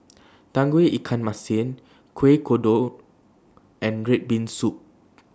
Tauge Ikan Masin Kueh Kodok and Red Bean Soup